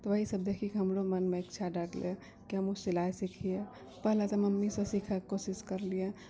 तऽ ओहि सभ देखिके हमरो मोनमे इच्छा भए गेलै कि हमहुँ सिलाइ सिखियै पहिले तऽ मम्मीसँ सिखैके कोशिश कर लियै